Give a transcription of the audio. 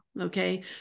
okay